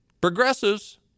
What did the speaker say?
progressives